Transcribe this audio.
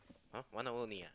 !huh! one hour only ah